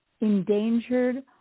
endangered